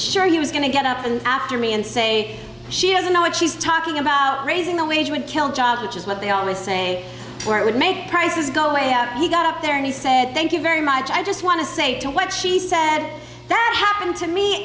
sure he was going to get up and after me and say she doesn't know what she's talking about raising the wage would kill jobs which is what they always say where it would make prices go way up he got up there and he said thank you very much i just want to say to what she said that happened to me